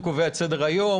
הוא קובע את סדר-היום,